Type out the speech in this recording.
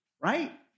Right